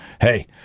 hey